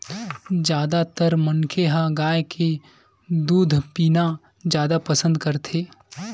जादातर मनखे ह गाय के दूद पीना जादा पसंद करथे